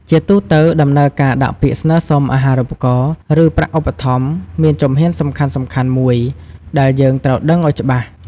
ជាទូទៅ ដំណើរការដាក់ពាក្យស្នើសុំអាហារូបករណ៍ ឬប្រាក់ឧបត្ថម្ភមានជំហានសំខាន់ៗមួយដែលយើងត្រូវដឹងអោយច្បាស់។